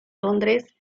londres